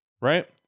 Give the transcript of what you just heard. Right